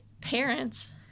parents